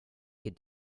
could